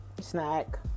snack